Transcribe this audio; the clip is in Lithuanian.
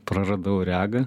praradau regą